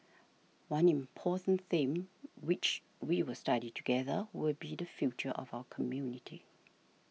one important theme which we will study together will be the future of our community